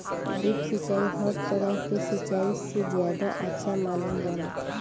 drip सिंचाई हर तरह के सिचाई से ज्यादा अच्छा मानल जाला